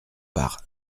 par